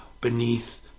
beneath